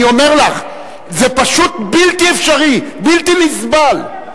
אני אומר לך, זה פשוט בלתי אפשרי, בלתי נסבל.